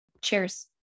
Cheers